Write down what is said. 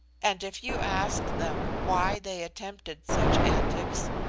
and if you ask them why they attempted such antics,